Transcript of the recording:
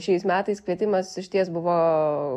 šiais metais kvietimas išties buvo